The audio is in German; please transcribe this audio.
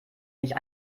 nicht